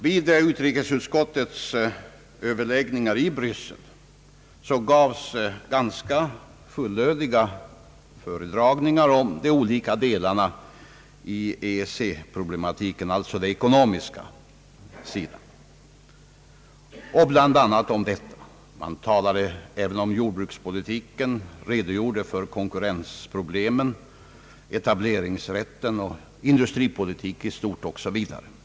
Vid utrikesutskottets besök i Bryssel gavs fullödiga föredragningar om de olika ekonomiska sidorna av EEC-problematiken. Man talade även om jordbrukspolitiken, redogjorde för konkurrensproblemen, etableringsrätten, industripolitiken i stort o. s. v.